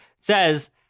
Says